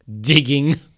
digging